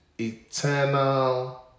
eternal